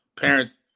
Parents